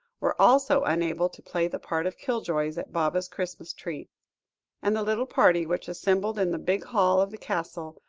were also unable to play the part of kill-joys at baba's christmas-tree, and the little party which assembled in the big hall of the castle,